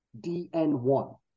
DN1